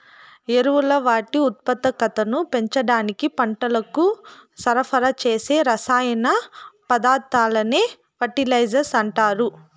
ఎరువులు వాటి ఉత్పాదకతను పెంచడానికి పంటలకు సరఫరా చేసే రసాయన పదార్థాలనే ఫెర్టిలైజర్స్ అంటారు